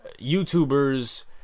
YouTubers